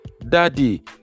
Daddy